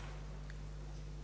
Hvala